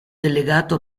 delegato